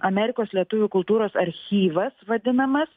amerikos lietuvių kultūros archyvas vadinamas